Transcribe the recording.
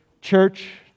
Church